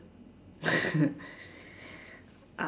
uh